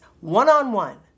one-on-one